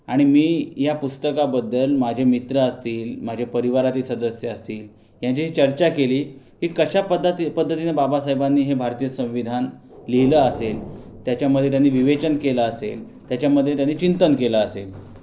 आणि मी या पुस्तकाबद्दल माझे मित्र असतील माझे परिवारातील सदस्य असतील यांच्याशी चर्चा केली की कशा पद्धती पद्धतीनं बाबासाहेबांनी हे भारतीय संविधान लिहिलं असेल त्याच्यामध्ये त्यांनी विवेचन केलं असेल त्याचामधे त्यांनी चिंतन केलं असेल